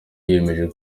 yiyemeje